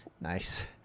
Nice